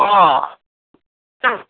অঁ